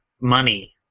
money